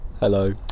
Hello